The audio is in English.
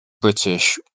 British